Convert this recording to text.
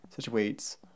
situates